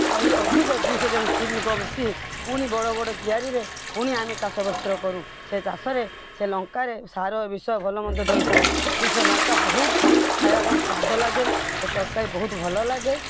ଆହୁରି ଅଧିକ ଦୁଇ ଶହ ଜଣ ସ୍ତ୍ରୀ ଲୋକ ମିଶି ପୁଣି ବଡ଼ ବଡ଼ କିଆରିରେ ପୁଣି ଆମେ ଚାଷବାସ କରୁ ସେ ଚାଷରେ ସେ ଲଙ୍କାରେ ସାର ବିଷ ଭଲମନ୍ଦ ଦେଇଥାଉ କି ସେ ଲଙ୍କା ବହୁତ ଖାଇବା ପାଇଁ ସ୍ୱାଦ ଲାଗେ ସେ ତରକାରୀ ବହୁତ ଭଲ ଲାଗେ